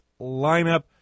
lineup